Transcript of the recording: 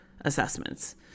assessments